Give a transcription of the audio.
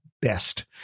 best